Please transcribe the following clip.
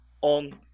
on